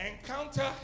Encounter